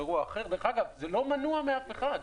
דרך אגב, זה לא מנוע מאף אחד.